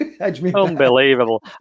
Unbelievable